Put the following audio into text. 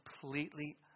completely